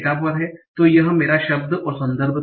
तो यह मेरा शब्द और संदर्भ था और y टैग है